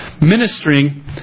ministering